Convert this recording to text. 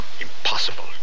Impossible